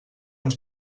ens